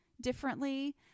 differently